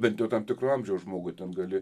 bent jau tam tikro amžiaus žmogui ten gali